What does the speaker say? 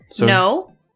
No